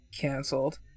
canceled